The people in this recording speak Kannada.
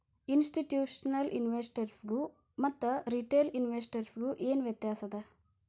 ಇನ್ಸ್ಟಿಟ್ಯೂಷ್ನಲಿನ್ವೆಸ್ಟರ್ಸ್ಗು ಮತ್ತ ರಿಟೇಲ್ ಇನ್ವೆಸ್ಟರ್ಸ್ಗು ಏನ್ ವ್ಯತ್ಯಾಸದ?